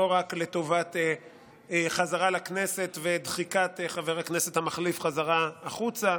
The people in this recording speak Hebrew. לא רק לטובת חזרה לכנסת ודחיקת חבר הכנסת המחליף חזרה החוצה,